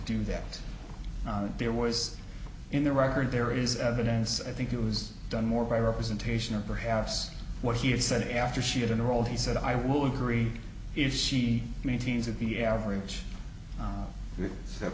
do that there was in the record there is evidence i think it was done more by representation or perhaps what he had said after she had unrolled he said i will agree if she maintains that the average that